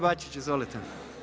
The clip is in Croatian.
Bačić, izvolite.